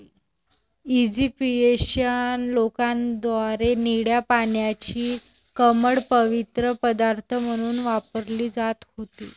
Egyptian लोकांद्वारे निळ्या पाण्याची कमळ पवित्र पदार्थ म्हणून वापरली जात होती